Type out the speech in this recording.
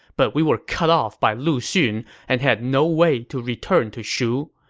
but we were cut off by lu xun and had no way to return to shu.